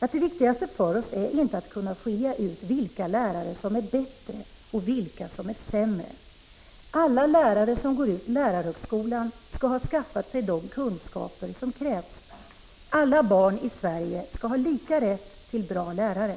att det viktigaste för oss inte är att kunna skilja ut vilka lärare som är bättre och vilka som är sämre. Alla lärare som går ut lärarhögskolan skall ha skaffat sig de kunskaper som krävs. Alla barn i Sverige skall ha lika rätt till bra lärare.